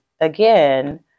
again